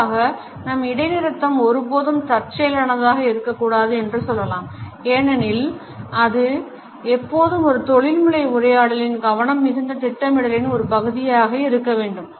பொதுவாக நம் இடைநிறுத்தம் ஒருபோதும் தற்செயலானதாக இருக்கக்கூடாது என்று சொல்லலாம் ஏனெனில் அது எப்போதும் ஒரு தொழில்முறை உரையாடலில் கவனம் மிகுந்த திட்டமிடலின் ஒரு பகுதியாக இருக்க வேண்டும்